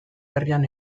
herrian